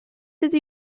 ydy